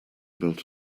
built